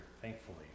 thankfully